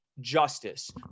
justice